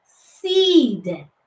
seed